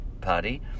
Party